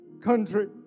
country